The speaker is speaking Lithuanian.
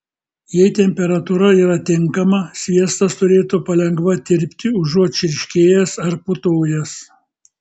jei temperatūra yra tinkama sviestas turėtų palengva tirpti užuot čirškėjęs ar putojęs